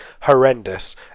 horrendous